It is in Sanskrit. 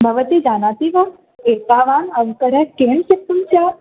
भवती जानाति वा एतावान् अवकरः केन कर्तुं स्यात्